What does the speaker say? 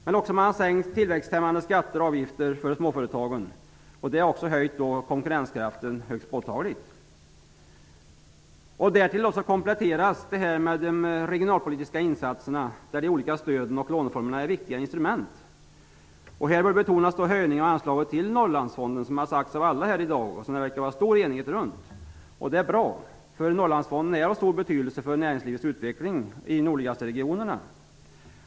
Man har sänkt tillväxthämmande skatter och avgifter för småföretagen, och det har höjt konkurrenskraften högst påtagligt. Detta kompletteras med de regionalpolitiska insatserna, där de olika stöden och låneformerna är viktiga instrument. Här bör betonas höjningen av anslaget till Norrlandsfonden, som det verkar vara stor enighet runt. Det är bra. Norrlandsfonden är av stor betydelse för näringslivets utveckling i de nordligaste regionerna.